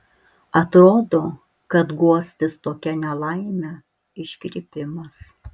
atrodo kad guostis tokia nelaime iškrypimas